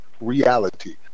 Reality